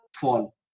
fall